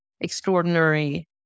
extraordinary